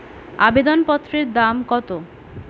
আবেদন পত্রের দাম কত?